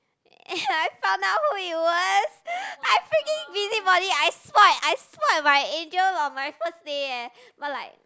and I found out who it was I freaking busybody I spoilt I spoilt my angel on my first day eh but like